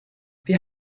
wir